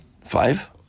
five